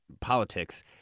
politics